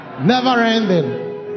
never-ending